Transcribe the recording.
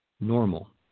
normal